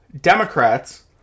Democrats